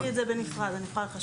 יש לי את זה בנפרד, אני יכולה לחשב.